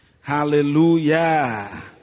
Hallelujah